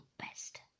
best